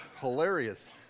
hilarious